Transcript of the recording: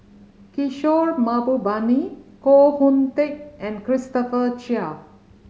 Kishore Mahbubani Koh Hoon Teck and Christopher Chia